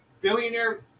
billionaire